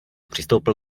přistoupil